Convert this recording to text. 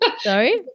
Sorry